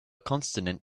consonant